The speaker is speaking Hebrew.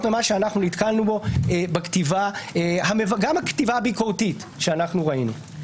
במה שנתקלנו גם בכתיבה הביקורתית שראינו.